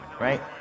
right